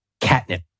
catnip